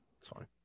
Sorry